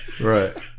right